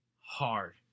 hard